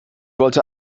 wollte